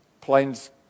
planes